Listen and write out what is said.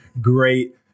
great